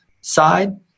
side